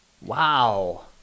Wow